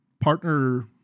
partner